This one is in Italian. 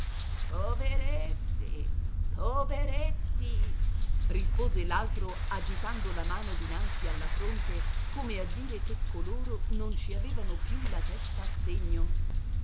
poveretti poveretti rispose l'altro agitando la mano dinanzi alla fronte come a dire che coloro non ci avevano più la testa a segno